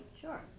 Sure